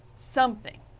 something,